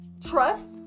trust